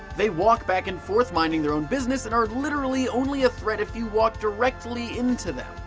they walk back and forth minding their own business and are literally only a threat if you walk directly into them.